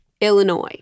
Illinois